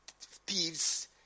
thieves